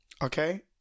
Okay